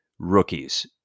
rookies